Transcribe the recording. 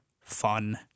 fun